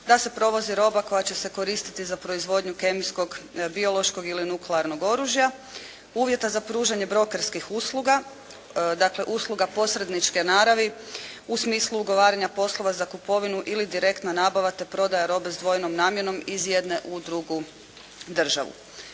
da se provozi roba koja će se koristiti za proizvodnju kemijskog, biološkog ili nuklearnog oružja, uvjeta za pružanje brokerskih usluga, dakle usluga posredniče naravi u smislu ugovaranja poslova za kupovinu ili direktna nabava te prodaja robe s dvojnom namjenom iz jedne u drugu državu.